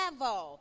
level